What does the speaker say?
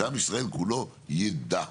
שעם ישראל כולו יידע,